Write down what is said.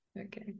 Okay